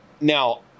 Now